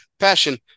passion